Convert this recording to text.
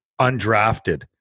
undrafted